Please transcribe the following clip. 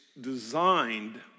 designed